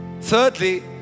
Thirdly